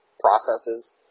processes